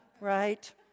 Right